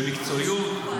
במקצועיות,